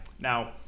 Now